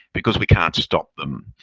because we can't stop them.